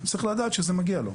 צריך לדעת שזה מגיע לו.